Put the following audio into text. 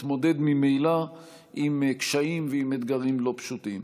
מתמודד ממילא עם קשיים ועם אתגרים לא פשוטים.